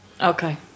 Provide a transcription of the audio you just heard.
Okay